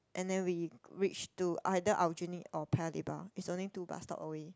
and then we reach to either Aljunied or Paya-Lebar is only two bus stop away